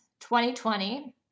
2020